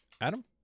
Adam